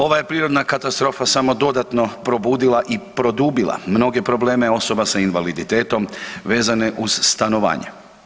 Ova je prirodna katastrofa samo dodatno probudila i produbila mnoge probleme osoba sa invaliditetom vezane uz stanovanje.